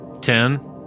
Ten